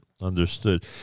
understood